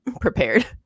prepared